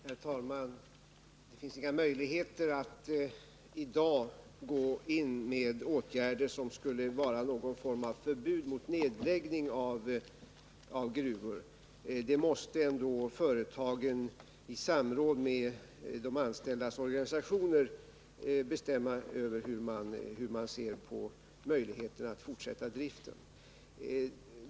Herr talman! Det finns inga möjligheter att i dag gå in med åtgärder som skulle innebära någon form av förbud mot nedläggning av gruvor. Det måste vara företagen som i samråd med de anställdas organisationer bestämmer hur man ser på möjligheterna att fortsätta driften.